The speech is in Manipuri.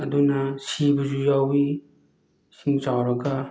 ꯑꯗꯨꯅ ꯁꯤꯕꯁꯨ ꯌꯥꯎꯏ ꯏꯁꯤꯡ ꯆꯥꯎꯔꯒ